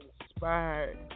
inspired